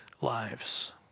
lives